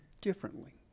differently